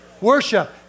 Worship